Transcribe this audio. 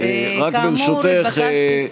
רק ברשותך,